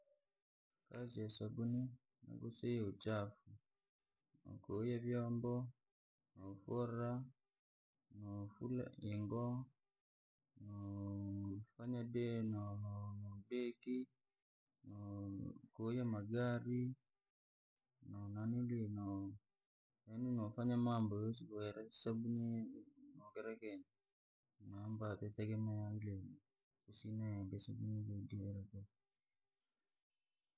Kazi ya sabuni, ni kusii uchafu, na kuya vyombo, okora okora yingo, kufanya deno ibegi, kuoya magari, na- nanili na, yaani inafanya mambo huwesi kueresabunyi mongerekenyi. maomba jitegemea silengesi.